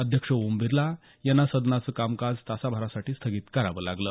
अध्यक्ष ओम बिर्ला यांना सदनाचं कामकाज तासाभरासाठी स्थगित करावं लागलं